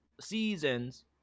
seasons